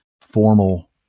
formal